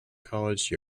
college